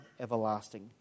everlasting